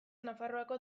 nafarroako